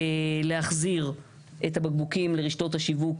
להחזיר את הבקבוקים לרשתות השיווק,